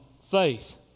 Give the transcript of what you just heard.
faith